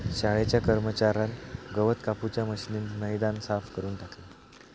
शाळेच्या कर्मच्यार्यान गवत कापूच्या मशीनीन मैदान साफ करून टाकल्यान